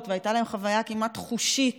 והייתה להם חוויה כמעט חושית